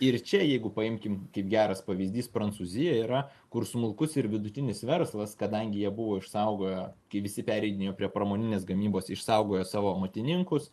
ir čia jeigu paimkim kaip geras pavyzdys prancūzija yra kur smulkus ir vidutinis verslas kadangi jie buvo išsaugoję kai visi pereidinėjo prie pramoninės gamybos išsaugojo savo amatininkus